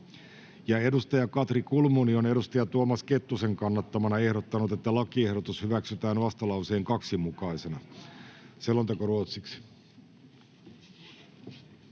ja Katri Kulmuni on Tuomas Kettusen kannattamana ehdottanut, että lakiehdotus hyväksytään vastalauseen 2 mukaisena. Lauri